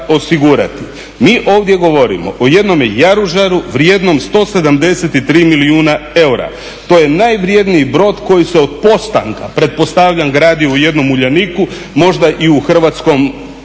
Mi ovdje govorimo o jednome jaružaru vrijednom 173 milijuna eura, to je najvrjedniji brod koji se od postanka, pretpostavljam, gradio u jednom Uljaniku, možda i u Hrvatskoj